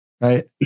Right